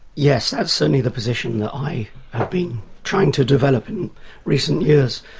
yes, that's certainly the position that i have been trying to develop in recent years.